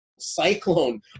Cyclone